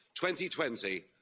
2020